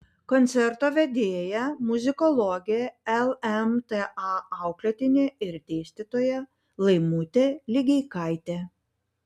koncerto vedėja muzikologė lmta auklėtinė ir dėstytoja laimutė ligeikaitė